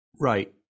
Right